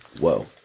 Whoa